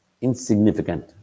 Insignificant